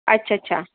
अच्छाच्छा